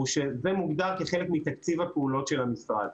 שזה מוגדר כחלק מתקציב הפעולות של המשרד,